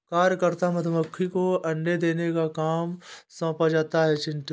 कार्यकर्ता मधुमक्खी को अंडे देने का काम सौंपा जाता है चिंटू